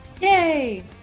Yay